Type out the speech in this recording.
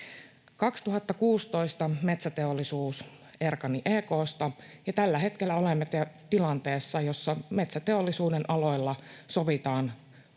2016 Metsäteollisuus erkani EK:sta, ja tällä hetkellä olemme tilanteessa, jossa metsäteollisuuden aloilla sovitaan